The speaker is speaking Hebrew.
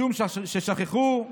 משום ששכחו,